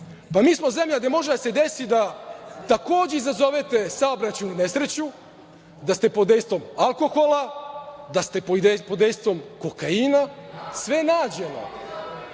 smo zemlja gde može da se desi takođe izazovete saobraćajnu nesreću da ste pod dejstvom alkohola, da ste pod dejstvom kokaina, sve nađeno,